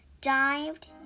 dived